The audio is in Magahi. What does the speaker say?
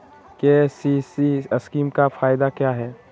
के.सी.सी स्कीम का फायदा क्या है?